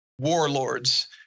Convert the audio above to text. warlords